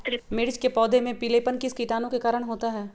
मिर्च के पौधे में पिलेपन किस कीटाणु के कारण होता है?